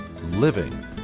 living